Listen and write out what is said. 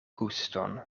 guston